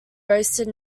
roasted